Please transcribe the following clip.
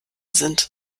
sind